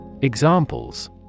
Examples